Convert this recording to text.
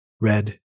Red